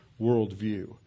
worldview